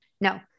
no